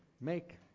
make